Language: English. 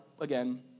again